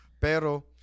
Pero